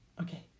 Okay